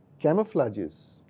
camouflages